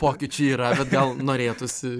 pokyčių yra bet gal norėtųsi